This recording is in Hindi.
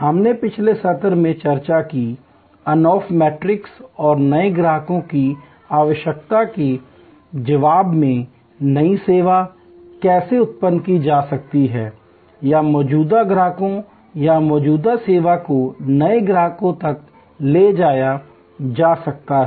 हमने पिछले सत्र में चर्चा की Ansoff मैट्रिक्स और नए ग्राहकों की आवश्यकता के जवाब में नई सेवा कैसे उत्पन्न की जा सकती है या मौजूदा ग्राहकों या मौजूदा सेवा को नए ग्राहकों तक ले जाया जा सकता है